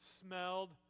smelled